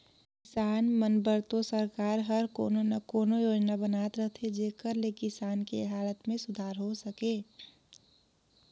किसान मन बर तो सरकार हर कोनो न कोनो योजना बनात रहथे जेखर ले किसान के हालत में सुधार हो सके